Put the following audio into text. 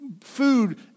Food